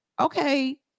okay